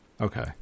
Okay